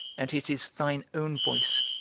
and it is thine own voice,